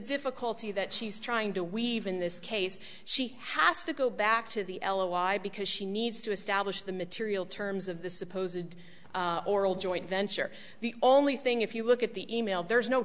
difficulty that she's trying to weave in this case she has to go back to the l a why because she needs to establish the material terms of the supposed oral joint venture the only thing if you look at the e mail there's no